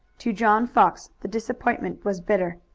to john fox the disappointment was bitter.